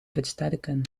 versterken